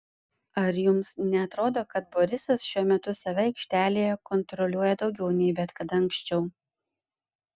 ar jums neatrodo kad borisas šiuo metu save aikštelėje kontroliuoja daugiau nei bet kada anksčiau